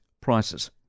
prices